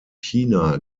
china